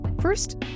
First